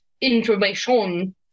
information